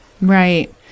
Right